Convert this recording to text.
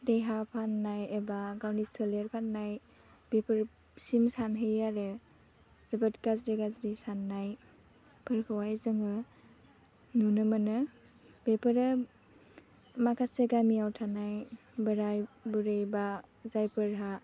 देहा फाननाय एबा गावनि सोलेर फाननाय बेफोरसिम सानहैयो आरो जोबोद गाज्रि गाज्रि साननाय फोरखौहाय जोङो नुनो मोनो बेफोरो माखासे गामियाव थानाय बोराय बुरैबा जायफोरहा